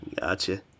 Gotcha